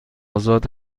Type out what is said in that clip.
آزاد